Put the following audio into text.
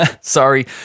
sorry